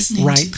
right